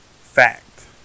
fact